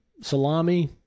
Salami